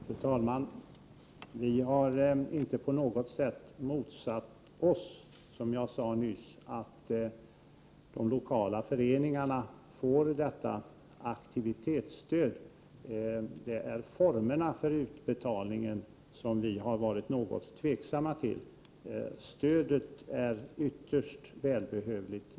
Fru talman! Vi moderater har inte på något sätt motsatt oss, som jag sade nyss, att de lokala föreningarna får detta aktivitetsstöd. Det är formerna för utbetalningen som vi har varit något tveksamma till. Stödet är ytterst välbehövligt.